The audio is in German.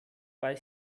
weil